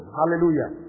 hallelujah